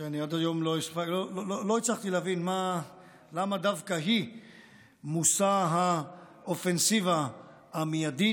שאני עד היום לא הצלחתי להבין למה דווקא היא מושא האופנסיבה המיידי,